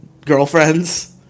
girlfriends